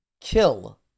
kill